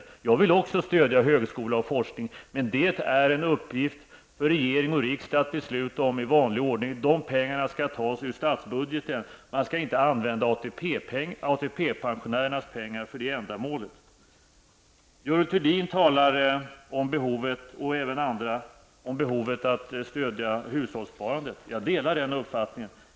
Också jag vill stödja högskola och forskning, men det är en uppgift för regering och riksdag att besluta om i vanlig ordning. De pengarna skall tas ur statsbudgeten. Man skall inte använda ATP pensionärernas pengar för det ändamålet. Görel Thurdin och även andra talar om behovet av att stödja hushållssparandet. Jag delar den inställningen.